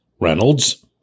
Reynolds